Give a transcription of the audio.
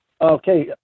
Okay